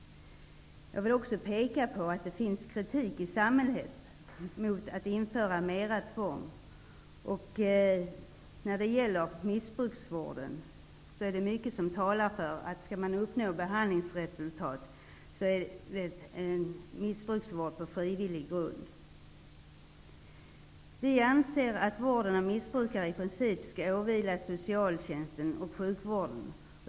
Jag vill också peka på att det framförts kritik mot att införa mer tvång i samhället. Det är mycket som talar för att missbruksvården bör ske på frivillig grund om man skall uppnå behandlingsresultat. Vi anser att vården av missbrukare i princip skall åvila socialtjänsten och sjukvården.